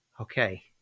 Okay